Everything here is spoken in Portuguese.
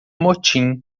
motim